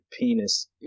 penis